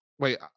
Wait